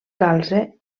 calze